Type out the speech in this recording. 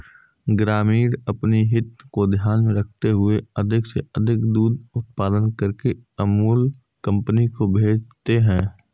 ग्रामीण अपनी हित को ध्यान में रखते हुए अधिक से अधिक दूध उत्पादन करके अमूल कंपनी को भेजते हैं